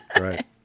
right